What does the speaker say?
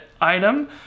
item